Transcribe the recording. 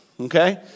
okay